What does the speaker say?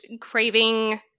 craving